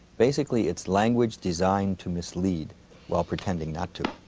basically it's language designed to mislead while pretending not to.